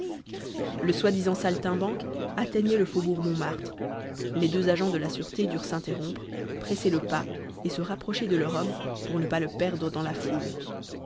le soi-disant saltimbanque atteignait le faubourg montmartre les deux agents de la sûreté durent s'interrompre presser le pas et se rapprocher de leur homme pour ne pas le perdre dans la foule